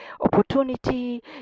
opportunity